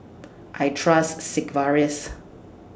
I Trust Sigvaris